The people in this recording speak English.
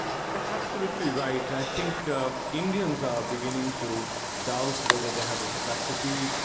that's absolutely right. i think indians are beginning to doubt whether they have the capacity,